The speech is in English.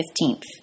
15th